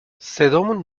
صدامون